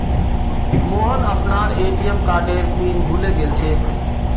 मोहन अपनार ए.टी.एम कार्डेर पिन भूले गेलछेक